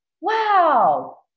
Wow